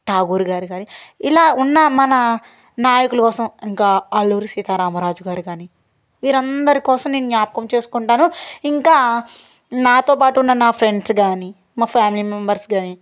ఠాగూర్ గారు కాని ఇలా ఉన్నా మన నాయకులు కోసం ఇంకా అల్లూరి సీతారామరాజు గారు కాని వీరందరి కోసం నేను జ్ఞాపకం చేసుకుంటాను ఇంకా నాతోపాటు ఉన్న నా ఫ్రెండ్స్ కాని మా ఫ్యామిలీ మెంబర్స్ కాని